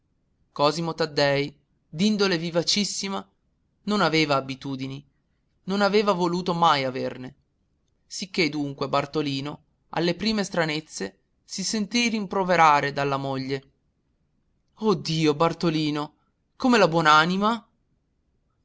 cosimo taddei d'indole vivacissima non aveva abitudini non aveva voluto mai averne sicché dunque bartolino alle prime stranezze si sentì rimproverare dalla moglie oh dio bartolino come la